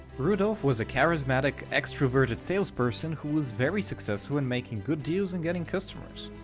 rudolf was a charismatic, extroverted salesperson who was very successful in making good deals and getting customers.